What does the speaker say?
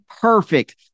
Perfect